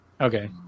Okay